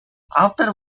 after